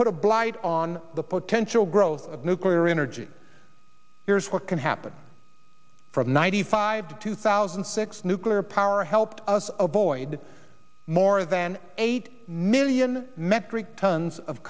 put a blight on the potential growth of nuclear energy here's what can happen from ninety five to two thousand and six nuclear power helped us avoid more than eight million metric tons of